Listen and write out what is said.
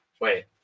Wait